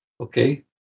Okay